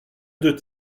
deux